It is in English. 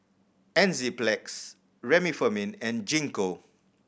Enzyplex Remifemin and Gingko